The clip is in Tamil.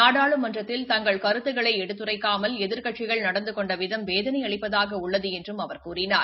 நாடாளுமன்றத்தில் தங்கள் கருத்துக்களை எடுத்துரைக்காமல் எதிர்க்கட்சிகள் நடந்து கொண்டு விதம் வேதனை அளிப்பதாக உள்ளது என்றும் அவர் கூறினார்